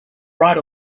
right